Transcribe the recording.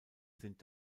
sind